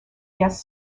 guest